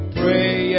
pray